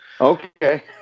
okay